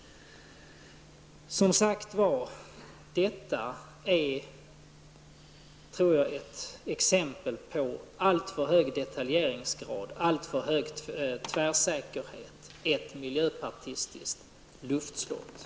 Detta är enligt min mening ett exempel på en alltför hög detaljeringsgrad och en alltför stor tvärsäkerhet. Det är ett miljöpartistiskt luftslott.